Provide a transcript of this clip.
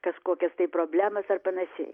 kažkokias tai problemas ar panašiai